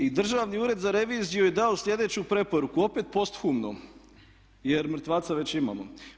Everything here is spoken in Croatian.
I Državni ured za reviziju je dao sljedeću preporuku, opet posthumno, jer mrtvaca već imamo.